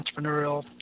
entrepreneurial